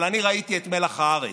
אבל אני ראיתי את מלח הארץ.